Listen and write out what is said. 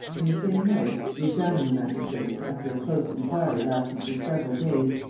in the same way, the examining-magistrates, after a close inquiry lasting for several days,